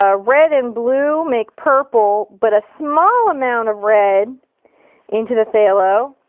ah red and blue make purple, but a small amount of red into the phthalo,